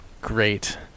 great